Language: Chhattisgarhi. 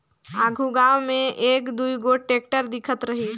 आघु गाँव मे एक दुई गोट टेक्टर दिखत रहिस